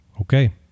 Okay